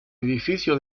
edificio